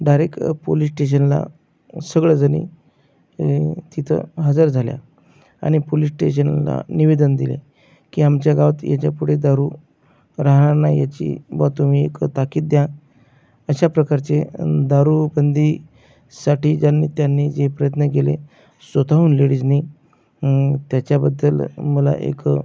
डारेक police स्टेशनला सगळ्याजनी तितं हजर झाल्या आनि पोलिस स्टेशनला निवेदन दिले की आमच्या गावात याच्यापुढे दारू राहनार नाही याची बॉ तुम्ही एकं ताकीद द्या अशा प्रकारचे दारूबंदीसाटी ज्यांनी त्यांनी जे प्रयत्न केले स्वतःहून लेडीजनी त्याच्याबद्दल मला एकं